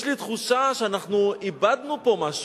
יש לי תחושה שאנחנו איבדנו פה משהו,